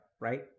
right